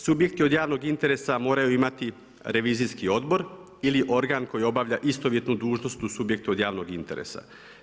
Subjekti od javnog interesa moraju imati revizijski odbor ili organ koji obavlja istovjetnu dužnost u subjektu od javnog interesa.